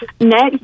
Next